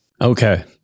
Okay